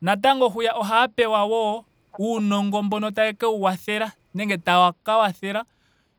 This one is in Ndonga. Natango hwiya ohaya pewa wo uunongo mbono taye keya wathela nenge taaka wathela